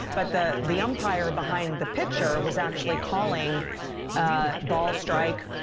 but the the umpire behind the pitcher was actually calling ah ball strikes,